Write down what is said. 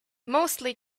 mostly